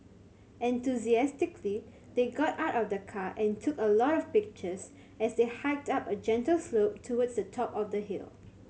enthusiastically they got out of the car and took a lot of pictures as they hiked up a gentle slope towards the top of the hill